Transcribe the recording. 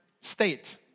state